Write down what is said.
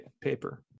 paper